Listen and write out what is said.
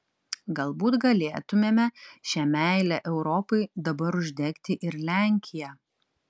galbūt galėtumėme šia meile europai dabar uždegti ir lenkiją